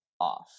off